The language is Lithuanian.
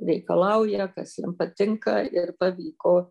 reikalauja kas jiem patinka ir pavyko